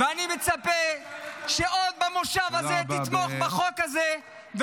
אני מצפה שעוד במושב הזה תתמוך בחוק הזה,